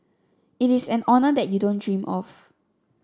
it's an honour that you don't dream of